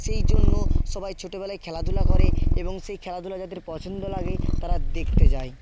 সেই জন্য সবাই ছোটোবেলায় খেলাধুলা করে এবং সেই খেলাধুলা যাদের পছন্দ লাগে তারা দেখতে যায়